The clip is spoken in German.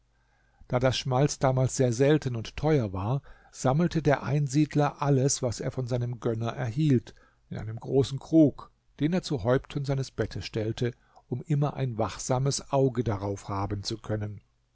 da das schmalz damals sehr selten und teuer war sammelte der einsiedler alles was er von seinem gönner erhielt in einem großen krug den er zu häupten seines bettes stellte um immer ein wachsames auge darauf haben zu können